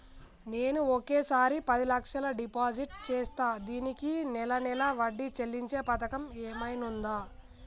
నేను ఒకేసారి పది లక్షలు డిపాజిట్ చేస్తా దీనికి నెల నెల వడ్డీ చెల్లించే పథకం ఏమైనుందా?